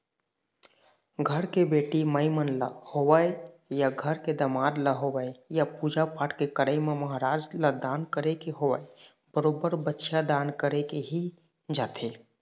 घर के बेटी माई मन ल होवय या घर के दमाद ल होवय या पूजा पाठ के करई म महराज ल दान करे के होवय बरोबर बछिया दान करे ही जाथे